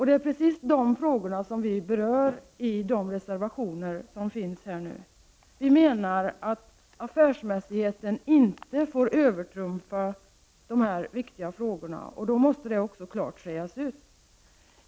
Det är precis de frågorna som vi berör i de reservationer som finns här nu. Vi menar att affärsmässigheten inte får övertrumfa de här viktiga frågorna, och då måste det också klart sägas ut.